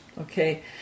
Okay